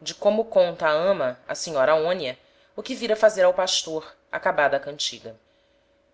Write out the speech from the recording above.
de como conta a ama á senhora aonia o que vira fazer ao pastor acabada a cantiga